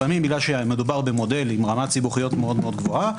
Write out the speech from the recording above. לפעמים מאחר שמדובר במודל עם רמת סיבוכיות מאוד גבוהה,